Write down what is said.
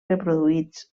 reproduïts